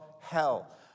hell